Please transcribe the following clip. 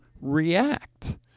react